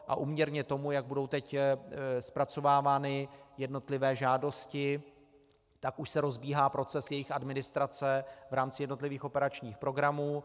A úměrně tomu, jak budou teď zpracovávány jednotlivé žádosti, tak už se rozbíhá proces jejich administrace v rámci jednotlivých operačních programů.